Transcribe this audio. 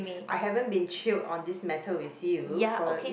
I haven't been chilled on this matter with you for if